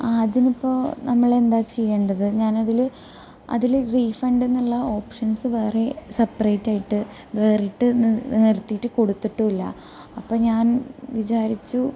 ആ അതിനിപ്പോൾ നമ്മൾ എന്താ ചെയ്യണ്ടത് ഞാൻ അതില് അതില് റീഫണ്ട് എന്നുള്ള ഓപ്ഷൻസ് വേറെ സെപ്പറേറ്റായിട്ട് വേറിട്ട് നിർത്തിട്ട് കൊടുത്തിട്ടുമില്ല അപ്പം ഞാൻ വിചാരിച്ചു